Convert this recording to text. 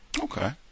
Okay